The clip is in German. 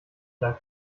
dank